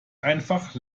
einfach